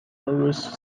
lowest